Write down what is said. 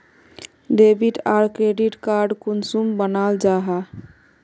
Debit आर credit card कुंसम बनाल जाहा?